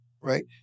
right